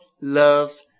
loves